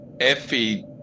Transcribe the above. Effie